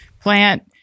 plant